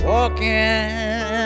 Walking